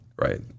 right